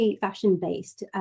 fashion-based